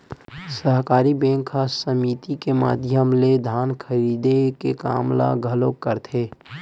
सहकारी बेंक ह समिति के माधियम ले धान खरीदे के काम ल घलोक करथे